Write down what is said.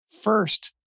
first